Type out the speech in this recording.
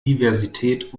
diversität